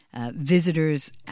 Visitors